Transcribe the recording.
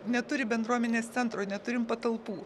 neturi bendruomenės centro neturim patalpų